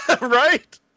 Right